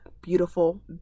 beautiful